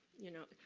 you know.